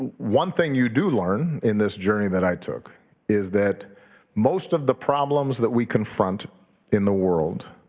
one thing you do learn in this journey that i took is that most of the problems that we confront in the world